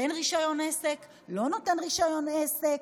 נותן רישיון עסק, לא נותן רישיון עסק.